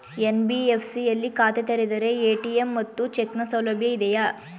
NBFC ಯಲ್ಲಿ ಖಾತೆ ತೆರೆದರೆ ಎ.ಟಿ.ಎಂ ಮತ್ತು ಚೆಕ್ ನ ಸೌಲಭ್ಯ ಇದೆಯಾ?